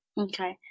okay